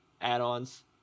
add-ons